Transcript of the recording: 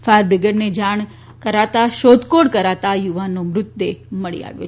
fire બ્રિગેડને જાણ કરાતા શોધખોળ કરતા યુવાનનો મૃતદેહ મળી આવ્યો હતો